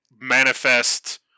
manifest